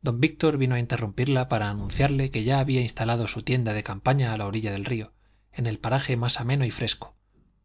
don víctor vino a interrumpirla para anunciarle que ya había instalado su tienda de campaña a la orilla del río en el paraje más ameno y fresco